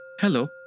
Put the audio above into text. Hello